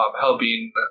helping